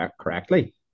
correctly